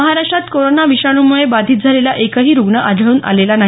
महाराष्ट्रात कोरोना विषाणूमुळे बाधित झालेला एकही रुग्ण आढळून आलेला नाही